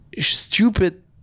stupid